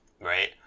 right